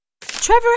Trevor